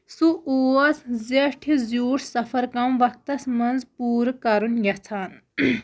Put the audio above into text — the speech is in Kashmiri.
سُہ اوس زیٹھِ زیٖوٗٹھ سَفر کم وقتس منٛز پوٗرٕ کَرُن یَژھان